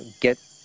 get